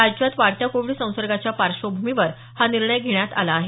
राज्यात वाढत्या कोविड संसर्गाच्या पार्श्वभूमीवर हा निर्णय घेण्यात आला आहे